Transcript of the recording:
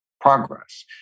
progress